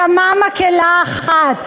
שמע מקהלה אחת.